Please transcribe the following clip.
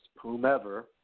whomever